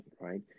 right